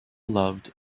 loved